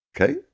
Okay